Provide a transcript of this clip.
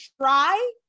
try